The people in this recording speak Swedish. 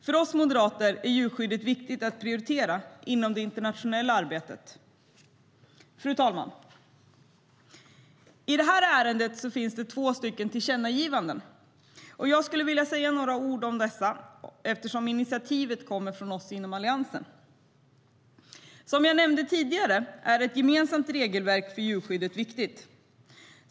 För oss moderater är djurskyddet viktigt att prioritera inom det internationella arbetet. Som jag nämnde tidigare är ett gemensamt regelverk för djurskydd viktigt.